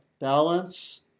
Balance